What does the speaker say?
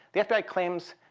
the fbi claims